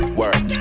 work